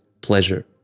pleasure